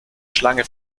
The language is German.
schlange